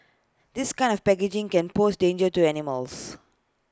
this kind of packaging can pose danger to animals